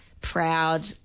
proud